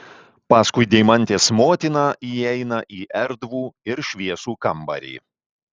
paskui deimantės motiną įeina į erdvų ir šviesų kambarį